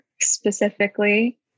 specifically